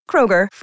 kroger